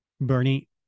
Bernie